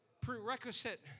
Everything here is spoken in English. prerequisite